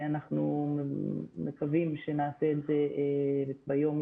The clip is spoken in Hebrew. אנחנו מקווים שנעשה את זה ביום,